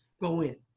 go in.